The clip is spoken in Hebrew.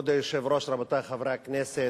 כבוד היושב-ראש, רבותי חברי הכנסת,